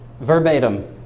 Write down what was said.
verbatim